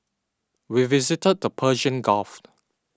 we visited the Persian